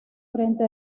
frente